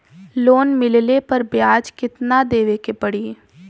Loan मिलले पर ब्याज कितनादेवे के पड़ी?